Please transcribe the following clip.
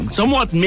somewhat